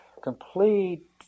complete